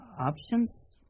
Options